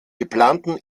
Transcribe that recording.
geplanten